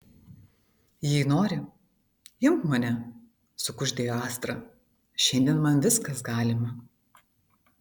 jei nori imk mane sukuždėjo astra šiandien man viskas galima